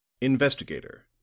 Investigator